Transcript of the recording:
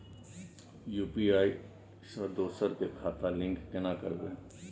UPI से दोसर के खाता लिंक केना करबे?